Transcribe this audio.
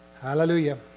Hallelujah